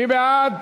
מי בעד?